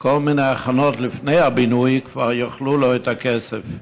כל מיני הכנות לפני הבינוי כבר יאכלו לו את הכסף,